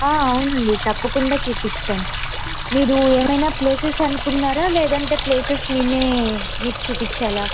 ఆ అవునండి తప్పకుండా చూపిస్తాం మీరు ఏవైనా ప్లేసెస్ అనుకున్నారా లేదంటే ప్లేసెస్ మేము మీకు చూపించాల